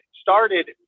started